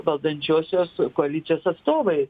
valdančiosios koalicijos atstovai